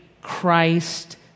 Christ